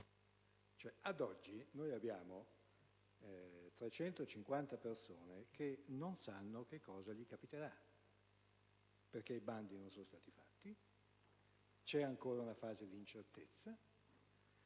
Ad oggi abbiamo 350 persone che non sanno cosa capiterà loro, perché i bandi non sono stati fatti, permane ancora una fase di incertezza